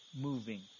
moving